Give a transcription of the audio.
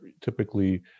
typically